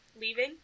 leaving